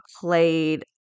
played